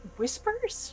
whispers